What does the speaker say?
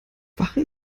wache